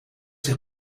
zich